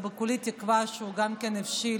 וכולי תקווה שהוא גם יבשיל